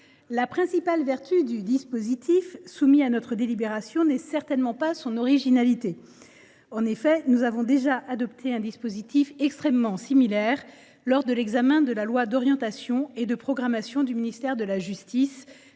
La principale vertu du dispositif qui est soumis à notre délibération n’est certainement pas son originalité. En effet, nous avons déjà adopté un dispositif très similaire lors de l’examen de la loi d’orientation et de programmation du ministère de la justice